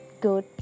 good